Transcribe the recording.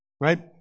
right